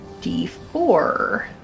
D4